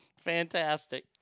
Fantastic